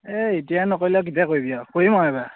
এই এতিয়া নকৰিলে আৰু কেতিয়া কৰিবি আৰু কৰিম আৰু এইবাৰ